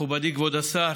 מכובדי כבוד השר,